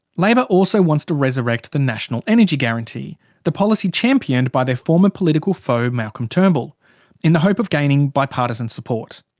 labor also wants to resurrect the national energy guarantee the policy championed by their former political foe, malcolm turnbull in the hope of gaining bipartisan support.